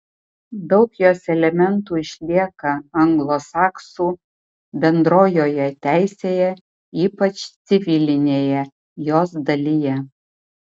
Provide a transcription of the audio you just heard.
daug jos elementų išlieka anglosaksų bendrojoje teisėje ypač civilinėje jos dalyje